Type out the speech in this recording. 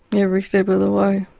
every step of the way.